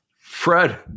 Fred